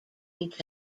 each